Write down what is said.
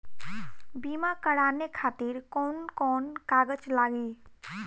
बीमा कराने खातिर कौन कौन कागज लागी?